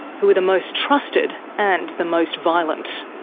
who were the most trusted and the most violent.